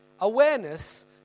Awareness